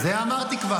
את זה כבר אמרתי.